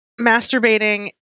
masturbating